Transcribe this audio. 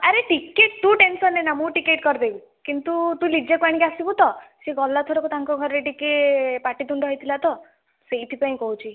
ଆରେ ଟିକେଟ ତୁ ଟେନସନ ନେ ନା ମୁଁ ଟିକେଟ କରିଦେବି କିନ୍ତୁ ତୁ ଲିଜା କୁ ଆଣିକି ଆସିବୁ ତ ସିଏ ଗଲାଥର ତାଙ୍କ ଘରେ ଟିକେ ପାଟିତୁଣ୍ଡ ହେଇଥିଲା ତ ସେଇଥିପାଇଁ କହୁଛି